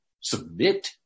submit